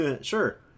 sure